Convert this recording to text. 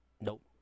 Nope